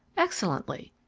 excellently.